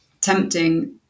tempting